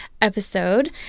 episode